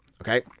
okay